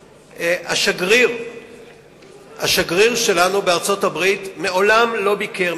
השגריר שלנו בארצות-הברית מעולם לא ביקר אצלו.